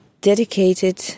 dedicated